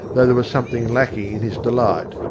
though there was something lacking in his delight.